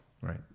Right